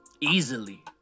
Easily